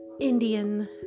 Indian